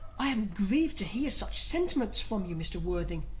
i am grieved to hear such sentiments from you, mr worthing.